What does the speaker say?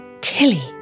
Tilly